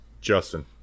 Justin